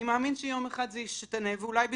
אני מאמין שיום אחד זה ישתנה, ואולי בזכותכם.